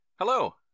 Hello